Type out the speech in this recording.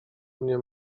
mnie